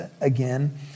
again